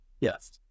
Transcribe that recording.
Yes